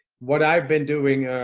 what i've been doing